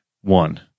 One